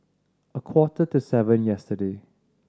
a quarter to seven yesterday